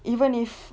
even if